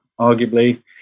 arguably